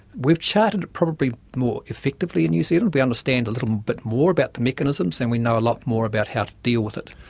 we've charted probably more effectively in new zealand, we understand a little bit more about the mechanisms and we know a lot more about how to deal with it.